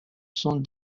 sont